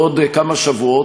בעוד כמה שבועות,